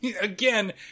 Again